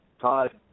Todd